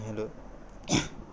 hello